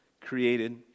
created